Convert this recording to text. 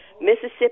Mississippi